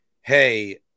hey